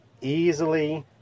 easily